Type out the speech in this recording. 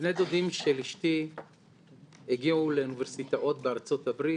בני דודים של אשתי הגיעו לאוניברסיטאות בארצות הברית